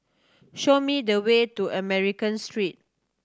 show me the way to American Street